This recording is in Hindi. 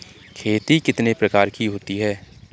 खेती कितने प्रकार की होती है?